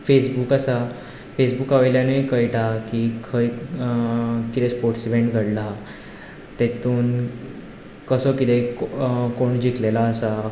Facebook आसा फेसबुका वयल्यानूय कळटा की खंय कितें स्पोर्ट्स इव्हेंट घडला तेतूंत कसो कितें कोण जिखलेलो आसा